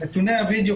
נתוני הווידיאו,